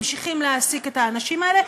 ממשיכים להעסיק את האנשים האלה,